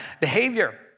behavior